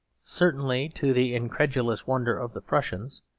certainly to the incredulous wonder of the prussians,